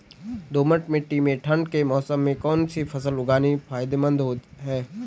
दोमट्ट मिट्टी में ठंड के मौसम में कौन सी फसल उगानी फायदेमंद है?